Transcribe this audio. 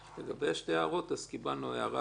לגבי שתי ההערות, קיבלנו הערה אחת